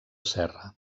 serra